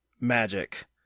magic